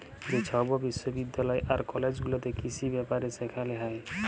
যে ছব বিশ্ববিদ্যালয় আর কলেজ গুলাতে কিসি ব্যাপারে সেখালে হ্যয়